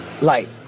light